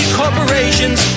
corporations